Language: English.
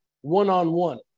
one-on-one